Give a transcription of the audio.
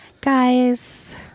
Guys